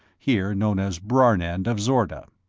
here known as brarnend of zorda.